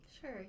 Sure